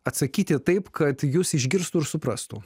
atsakyti taip kad jus išgirstų ir suprastų